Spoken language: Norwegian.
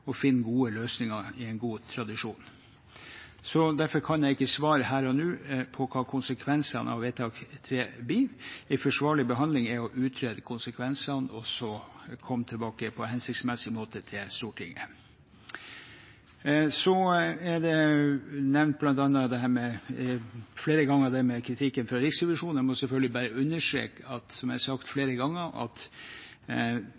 god tradisjon finne gode løsninger. Derfor kan jeg ikke svare her og nå på hva konsekvensene av vedtak III blir. En forsvarlig behandling er å utrede konsekvensene og så komme tilbake til Stortinget på hensiktsmessig måte. Så er kritikken fra Riksrevisjonen nevnt flere ganger. Jeg må selvfølgelig bare understreke, som jeg har sagt